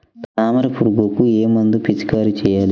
తామర పురుగుకు ఏ మందు పిచికారీ చేయాలి?